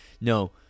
No